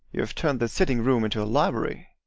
you have turned this sitting-room into a library.